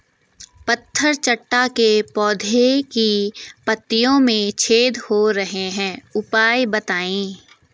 पत्थर चट्टा के पौधें की पत्तियों में छेद हो रहे हैं उपाय बताएं?